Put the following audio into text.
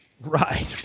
Right